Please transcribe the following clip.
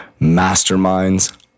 masterminds